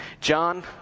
John